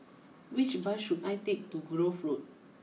which bus should I take to Grove Road